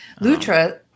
Lutra